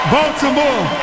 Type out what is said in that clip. Baltimore